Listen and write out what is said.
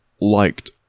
liked